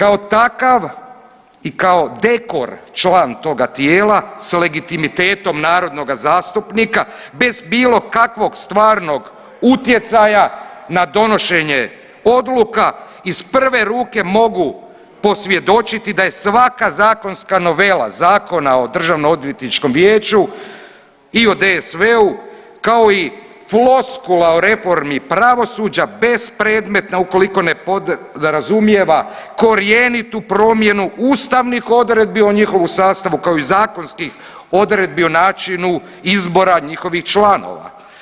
Kao takav i kao dekor član toga tijela s legitimitetom narodnoga zastupnika bez bilo kakvog stvarnog utjecaja na donošenje odluka iz prve ruke mogu posvjedočiti da je svaka zakonska novela Zakona o DOV-u i o DSV-u kao i floskula o reformi pravosuđa bespredmetna ukoliko ne podrazumijeva korjenitu promjenu ustavnih odredbi o njihovu sastavu kao i zakonskih odredbi o načinu izbora njihovih članova.